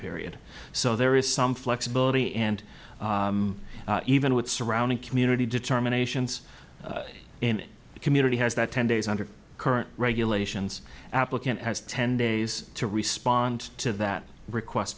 period so there is some flexibility and even with the surrounding community determinations in the community has that ten days under current regulations applicant has ten days to respond to that request